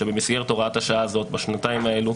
שבמסגרת הוראת השעה הזאת בשנתיים האלו.